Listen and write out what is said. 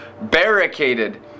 barricaded